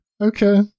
Okay